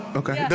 okay